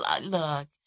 look